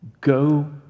Go